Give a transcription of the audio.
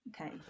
Okay